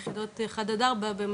יחידות 5-6 החדשות יותר פולטות